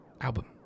album